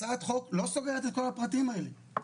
אבל את יודעת, כל אחד שומע דברים שנוח לו.